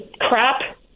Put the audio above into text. crap